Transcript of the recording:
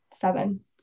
seven